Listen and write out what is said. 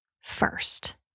first